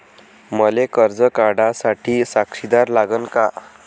मले कर्ज काढा साठी साक्षीदार लागन का?